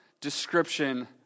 description